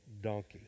donkey